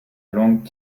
langue